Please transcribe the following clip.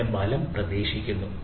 അതിന്റെ ഫലം പ്രതീക്ഷിക്കുന്നു